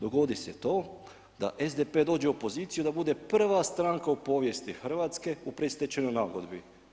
Dogodi se to da SDP dođe u poziciju da bude prva stranka u povijesti Hrvatske u predstečajnoj nagodbi.